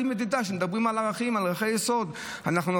ההתפתחות הכי גדולה שהייתה בעיריית ירושלים.